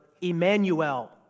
Emmanuel